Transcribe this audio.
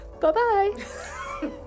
Bye-bye